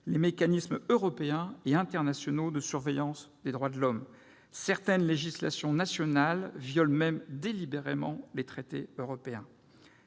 les mécanismes européens et internationaux de surveillance des droits de l'homme. Certaines législations nationales violent même délibérément les traités européens.